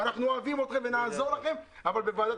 אנחנו אוהבים אתכם ונעזור לכם אבל בוועדת